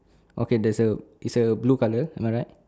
okay there's a it's a blue colour am I right